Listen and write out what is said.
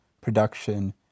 production